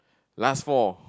last four